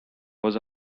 was